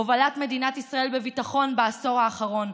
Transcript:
הובלת מדינת ישראל בביטחון בעשור האחרון,